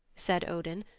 said odin,